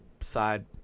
side